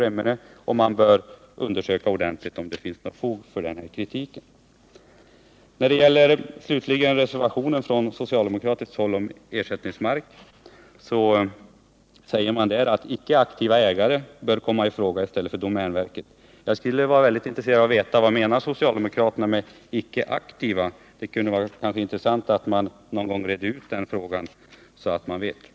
Remmene och undersöka om det finns 112 något fog för kritiken. I den socialdemokratiska reservationen om ersättningsmark säger man att icke-aktiva markägare bör komma i fråga i stället för domänverket. Jag skulle gärna vilja veta vad socialdemokraterna menar med icke-aktiva. Det kunde vara intressant om man någon gång redde ut den frågan, så att vi fick veta det.